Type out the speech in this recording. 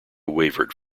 wavered